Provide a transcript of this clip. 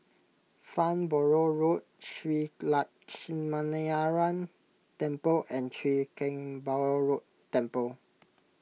Farnborough Road Shree Lakshminarayanan Temple and Chwee Kang Beo Temple